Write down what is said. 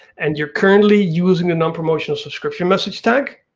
and you are currently using a non-promotional subscription message tag,